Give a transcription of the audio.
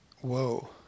whoa